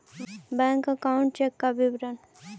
Bank account check का विवरण?